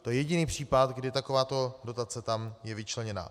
To je jediný případ, kdy takováto dotace tam je vyčleněna.